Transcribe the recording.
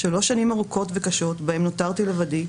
שלוש שנים ארוכות וקשות בהן נותרתי לבדי,